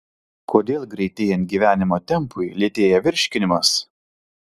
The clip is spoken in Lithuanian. kodėl greitėjant gyvenimo tempui lėtėja virškinimas